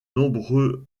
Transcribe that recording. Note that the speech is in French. nombreux